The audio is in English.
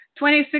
2016